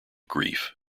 grief